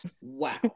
Wow